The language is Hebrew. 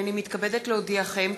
הנני מתכבדת להודיעכם,